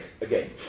again